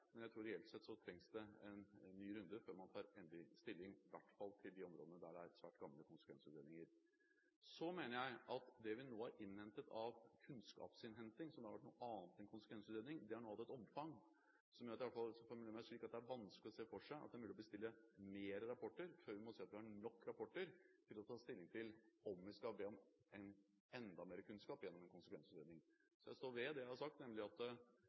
men reelt sett tror jeg det trengs en ny runde før man tar endelig stilling – i hvert fall til de områdene der det er svært gamle konsekvensutredninger. Jeg mener at det vi nå har innhentet av kunnskap, som har vært noe annet enn konsekvensutredning, har hatt et omfang som gjør at jeg i hvert fall vil formulere meg slik: Det er vanskelig å se for seg at det er mulig å bestille flere rapporter før vi må si at vi har nok rapporter til å ta stilling til om vi skal be om enda mer kunnskap, gjennom en konsekvensutredning. Jeg står ved det jeg har sagt, nemlig at